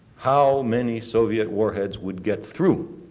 how many soviet warheads would get through?